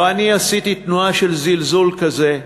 לא אני עשיתי תנועה של זלזול כזה,